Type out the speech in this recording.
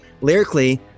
Lyrically